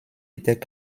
était